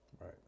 right